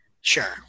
Sure